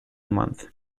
month